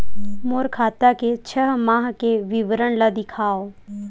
मोर खाता के छः माह के विवरण ल दिखाव?